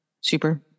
Super